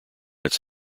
its